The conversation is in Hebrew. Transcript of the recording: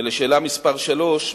לשאלה מס' 3,